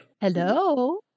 Hello